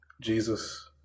Jesus